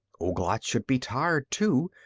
ouglat should be tired, too.